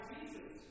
Jesus